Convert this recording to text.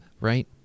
right